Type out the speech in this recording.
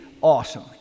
awesome